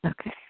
Okay